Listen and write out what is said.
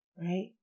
right